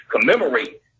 commemorate